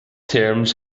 terms